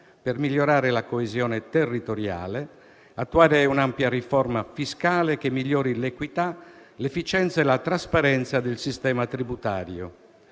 per migliorare la coesione territoriale. Saranno poi rivolti ad attuare un'ampia riforma fiscale che migliori l'equità, l'efficienza e la trasparenza del sistema tributario,